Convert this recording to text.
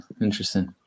interesting